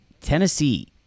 Tennessee